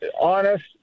honest